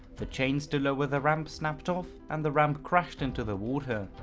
the chains to lower the ramp snapped off and the ramp crashed into the water.